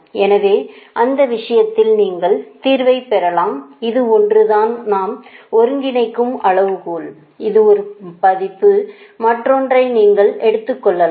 எனவே அந்த விஷயத்தில் நீங்கள் தீர்வை பெறலாம் இது ஒன்று தான் நாம் ஒன்றிணைக்கும் அளவுகோல் இது ஒரு பதிப்பு மற்றொன்றை நீங்கள் எடுத்துக்கொள்ளலாம்